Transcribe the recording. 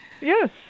Yes